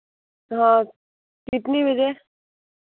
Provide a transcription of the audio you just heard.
हाँ कितने बजे